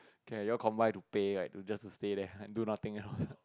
K you all combine to pay like just to stay there do nothing else